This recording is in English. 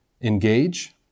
Engage